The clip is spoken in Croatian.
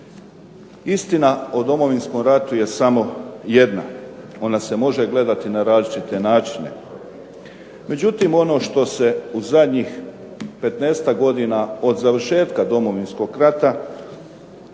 Istina o Domovinskom ratu je samo jedna. Ona se može gledati na različite načine. Međutim, ono što se u zadnjih 15-ak godina od završetka Domovinskog rata